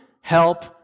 help